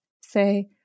Say